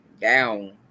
down